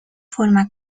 forma